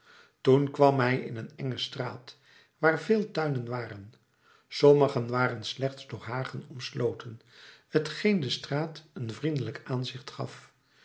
toen kwam hij in een enge straat waar veel tuinen waren sommige waren slechts door hagen omsloten t geen de straat een vriendelijk aanzicht gaf